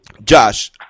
Josh